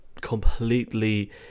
completely